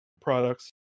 products